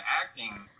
acting